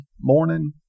morning